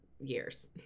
years